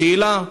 השאלה: